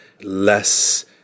less